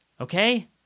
Okay